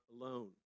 alone